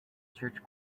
church